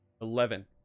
Eleven